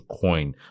coin